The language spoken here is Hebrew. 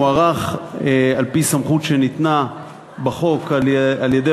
הוארך על-פי סמכות שניתנה בחוק על-ידי